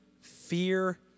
fear